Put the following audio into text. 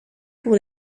pour